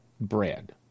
bread